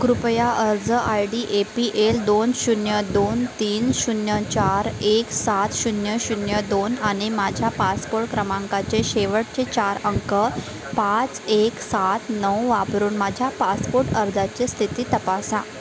कृपया अर्ज I D A P L दोन शून्य दोन तीन शून्य चार एक सात शून्य शून्य दोन आणि माझ्या पासपोर्ट क्रमांकाचे शेवटचे चार अंक पाच एक सात नऊ वापरून माझ्या पासपोर्ट अर्जाची स्थिती तपासा